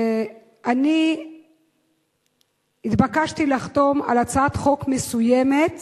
שאני התבקשתי לחתום על הצעת חוק מסוימת,